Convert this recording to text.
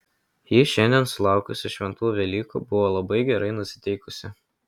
ji šiandien sulaukusi šventų velykų buvo labai gerai nusiteikusi